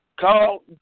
Call